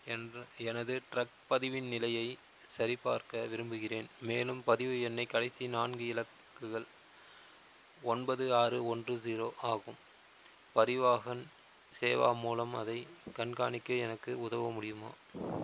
என்ற எனது ட்ரக் பதிவின் நிலையை சரிபார்க்க விரும்புகிறேன் மேலும் பதிவு எண்ணை கடைசி நான்கு இலக்குகள் ஒன்பது ஆறு ஒன்று ஸீரோ ஆகும் பரிவாஹன் சேவா மூலம் அதை கண்காணிக்க எனக்கு உதவ முடியுமா